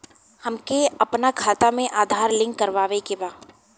हमके अपना खाता में आधार लिंक करावे के बा?